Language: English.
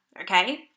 Okay